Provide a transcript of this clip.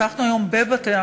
פתחנו היום בבתי-המשפט